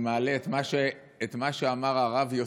למה אתה מעורר מדנים?